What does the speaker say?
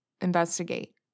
investigate